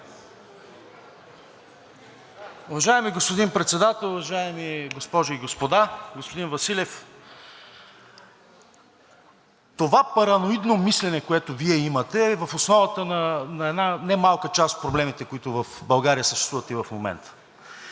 Уважаеми господин Председател, уважаеми госпожи и господа! Господин Василев, това параноидно мислене, което Вие имате, е в основата на една немалка част от проблемите, които в България съществуват и в момента.